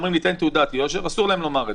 אומרים לי: תן תעודת יושר אסור יהיה להם לבקש.